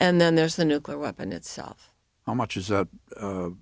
and then there's the nuclear weapon itself how much is